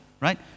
right